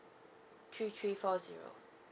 three three four zero